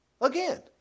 Again